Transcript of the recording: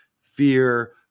fear